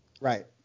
Right